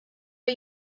are